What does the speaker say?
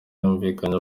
yumvikanye